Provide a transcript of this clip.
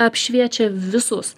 apšviečia visus